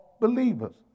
believers